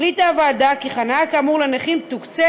החליטה הוועדה כי חניה כאמור לנכים תוקצה